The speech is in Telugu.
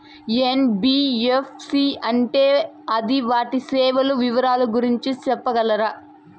ఎన్.బి.ఎఫ్.సి అంటే అది వాటి సేవలు వివరాలు గురించి సెప్పగలరా?